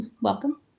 Welcome